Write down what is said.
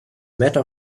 matter